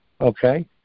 okay